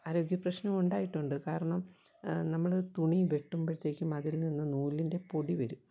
ആരോഗ്യ പ്രശ്നമുണ്ടായിട്ടുണ്ട് കാരണം നമ്മള് തുണി വെട്ടുമ്പഴത്തേക്കും അതിൽ നിന്ന് നൂലിൻറ്റെ പൊടി വരും